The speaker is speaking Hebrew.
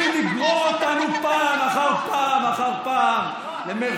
רוצים לגרור אותנו, פעם אחר פעם, מי לא אחז בנשק?